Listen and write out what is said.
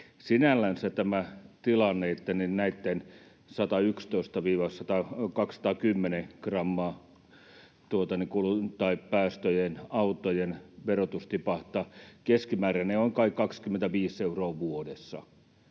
Sinällänsä tämä tilanne, että näitten 111—210 gramman päästöjen autojen verotus tipahtaa, on keskimäärin kai 25 euroa vuodessa